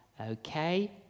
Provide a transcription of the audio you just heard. okay